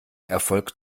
erfolgt